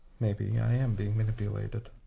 maybe i am being manipulated.